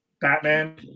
batman